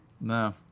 No